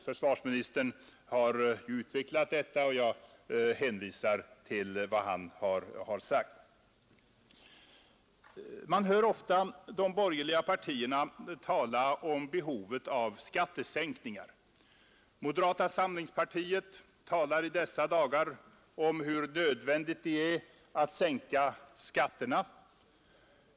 Försvarsministern har ju utvecklat detta, och jag hänvisar till vad han har sagt. Man hör ofta de borgerliga partierna tala om behovet av skattesänkningar. Moderata samlingspartiet talar i dessa dagar om hur nödvändigt det är att sänka skatterna.